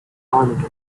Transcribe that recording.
honorary